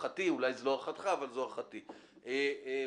חברת הכנסת פדידה, בבקשה.